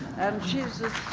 and she's this